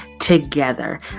together